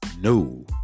No